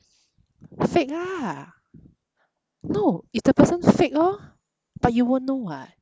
fake lah no it's the person fake lor but you won't know [what]